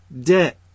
debt